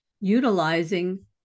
utilizing